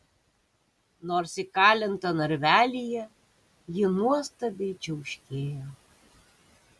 nors įkalinta narvelyje ji nuostabiai čiauškėjo